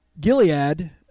Gilead